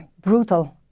brutal